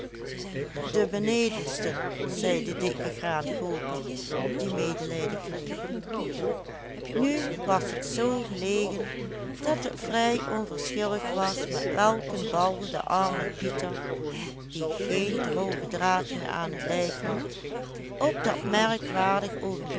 de benedenste zei de dikke graankooper die medelijden kreeg nu was het zoo gelegen dat het vrij onverschillig was met welken bal de arme pieter die geen drogen draad meer aan t lijf had op dat merkwaardig oogenblik